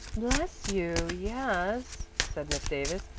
bless you, yes, said miss davis.